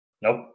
Nope